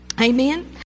Amen